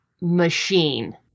machine